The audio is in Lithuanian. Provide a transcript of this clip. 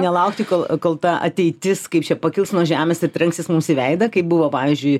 nelaukti kol kol ta ateitis kaip čia pakils nuo žemės ir trenksis mums į veidą kaip buvo pavyzdžiui